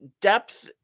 depth